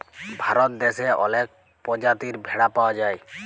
ভারত দ্যাশে অলেক পজাতির ভেড়া পাউয়া যায়